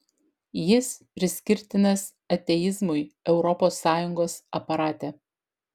jis priskirtinas ateizmui europos sąjungos aparate